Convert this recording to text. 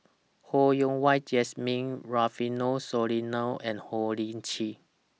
Ho Yen Wah Jesmine Rufino Soliano and Ho Lee Ling